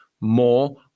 more